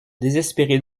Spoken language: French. désespérer